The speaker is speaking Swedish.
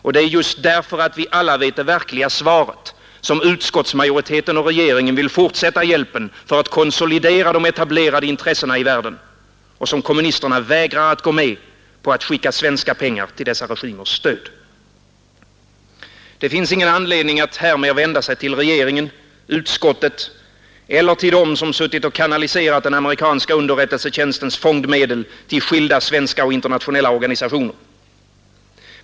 Och det är just därför att vi alla vet det verkliga svaret som utskottsmajoriteten och regeringen vill fortsätta hjälpen för att konsolidera de etablerade intressena i världen och som kommunisterna vägrar att gå med på att skicka svenska pengar till dessa regimers stöd. Det finns ingen anledning att här mer vända sig till regeringen, utskottet eller till dem, som suttit och kanaliserat den amerikanska underrättelsetjänstens fondmedel till skilda svenska och internationella organisationer.